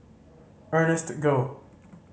Ernest Goh